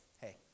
Hey